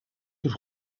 tus